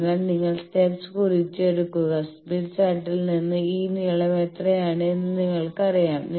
അതിനാൽ നിങ്ങൾ സ്റ്റെപ്സ് കുറിച്ചെടുക്കുക സ്മിത്ത് ചാർട്ടിൽ നിന്ന് ഈ നീളം എത്രയാണ് എന്ന് നിങ്ങൾക്ക് അറിയാം